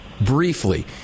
briefly